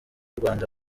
rwanda